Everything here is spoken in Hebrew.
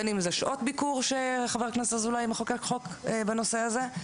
בין אם זה שעות ביקור שחבר הכנסת אזולאי מחוקק חוק בנושא הזה,